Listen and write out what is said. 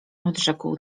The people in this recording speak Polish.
odrzekł